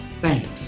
Thanks